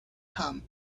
come